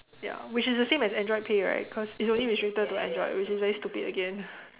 ya which is the same as Android-pay right cause it's only restricted to Android which is very stupid again